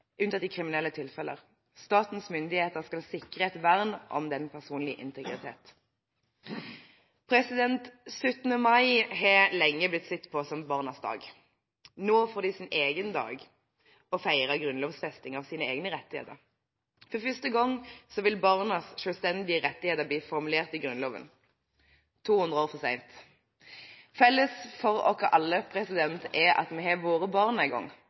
unntatt i kriminelle tilfeller. Statens myndigheter skal sikre et vern om den personlige integritet.» 17. mai har lenge blitt sett på som barnas dag. Nå får de sin egen dag til å feire grunnlovfesting av sine egne rettigheter. For første gang vil barnas selvstendige rettigheter bli formulert i Grunnloven – 200 år for sent. Felles for oss alle er at vi har vært barn en gang,